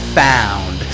found